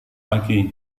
lagi